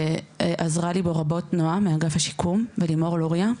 שעזרה לי בו רבות נועה מאגף השיקום ולימור לוריא.